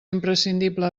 imprescindible